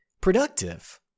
productive